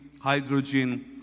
hydrogen